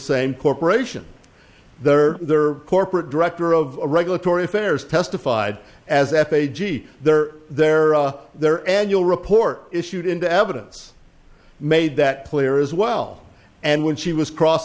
same corporation their their corporate director of regulatory affairs testified as f a g their their their annual report issued into evidence made that clear as well and when she was cross